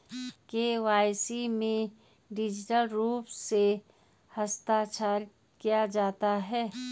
KYC में digital रूप से हस्ताक्षरित किया जाता है